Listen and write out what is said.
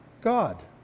God